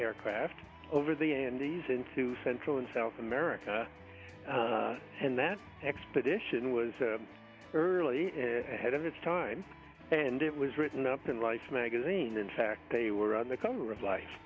aircraft over the andes into central and south america and that expedition was a early head of its time and it was written up in life magazine in fact they were on the cover of life